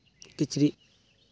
ᱠᱤᱪᱨᱤᱪ